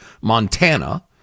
Montana